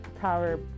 power